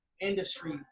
industry